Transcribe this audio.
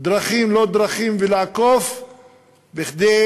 דרכים-לא-דרכים ולעקוף כדי